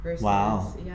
Wow